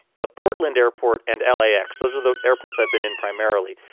the portland airport and l a x, those are the airports i've been in primarily.